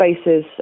spaces